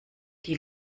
die